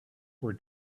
were